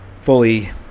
fully